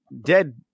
dead